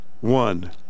one